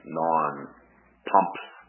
non-pumps